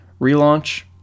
relaunch